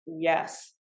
Yes